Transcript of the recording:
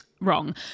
wrong